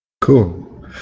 Cool